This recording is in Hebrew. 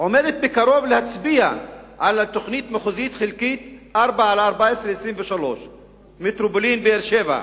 עומדת בקרוב להצביע על תוכנית מחוזית חלקית 4-14-23 מטרופולין באר-שבע,